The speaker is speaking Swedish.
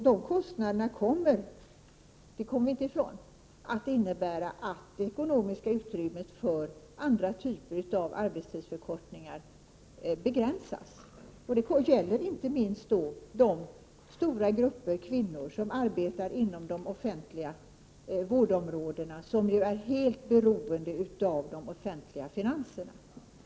Vi kan inte komma ifrån att det ekonomiska utrymmet för andra typer av arbetstidsförkortningar begränsas, och det gäller inte minst de stora grupper kvinnor som arbetar inom de offentliga vårdområdena, som är helt beroende av de offentliga finanserna.